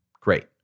great